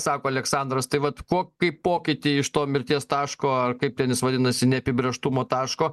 sako aleksandras tai vat ko kaip pokytį iš to mirties taško ar kaip ten jis vadinasi neapibrėžtumo taško